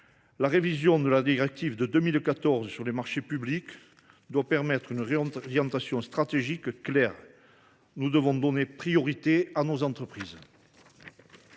La révision de la directive de 2014 sur la passation des marchés publics doit permettre une réorientation stratégique claire. Nous devons donner priorité à nos entreprises.